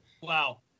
Wow